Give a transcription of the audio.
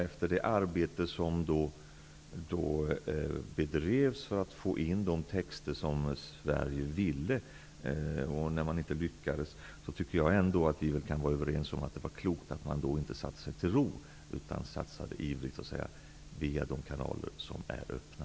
Efter det arbete som bedrevs för att få in de texter som Sverige ville ha med, och när man inte lyckades, tycker jag att vi ändå kan vara överens om att det var klokt att man då inte slog sig till ro utan i stället satsade ivrigt via de kanaler som är öppna.